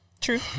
True